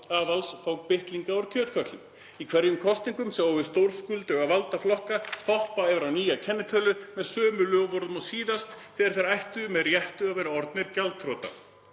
aðals fá bitlinga úr kjötkötlum. Í hverjum kosningum sjáum við stórskulduga valdaflokka hoppa yfir á nýja kennitölu með sömu loforðum og síðast þegar þeir ættu með réttu að vera orðnir gjaldþrota.